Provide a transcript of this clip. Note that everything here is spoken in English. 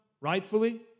rightfully